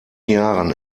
jahren